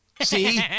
See